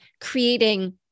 creating